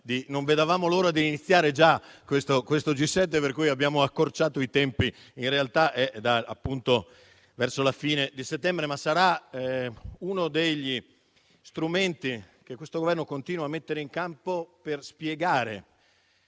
non vediamo l'ora di iniziare questo G7, per cui abbiamo accorciato i tempi. In realtà sarà verso la fine di settembre, ma sarà uno degli strumenti che questo Governo continua a mettere in campo per spiegare